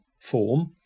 form